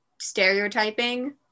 stereotyping